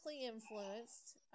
influenced